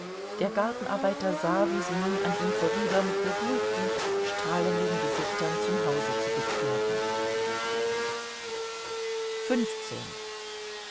der gartenarbeiter sah wie sie nun an ihm vorüber mit beruhigten strahlenden gesichtern zum hause zurückkehrten